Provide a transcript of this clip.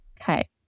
Okay